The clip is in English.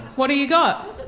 what have you got?